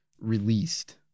released